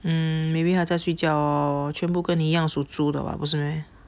mm maybe 还在睡觉哦全部跟你一样属猪的 [what] 不是 meh